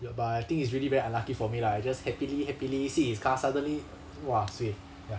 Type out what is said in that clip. ya but I think it's really very unlucky for me lah I just happily happily sit in his car suddenly !wah! suay ya